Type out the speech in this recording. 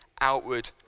outward